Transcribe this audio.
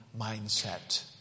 mindset